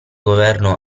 governo